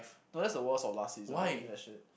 no that's the worst of last season don't give me that shit